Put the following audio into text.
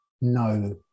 no